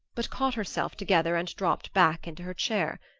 but caught herself together and dropped back into her chair.